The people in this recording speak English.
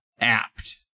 apt